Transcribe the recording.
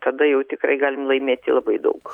tada jau tikrai galim laimėti labai daug